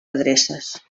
adreces